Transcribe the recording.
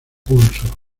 pulso